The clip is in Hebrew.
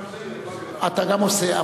גם זה, אתה גם עושה.